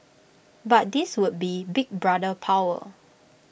but this would be Big Brother power